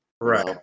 Right